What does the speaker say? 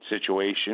situation